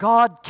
God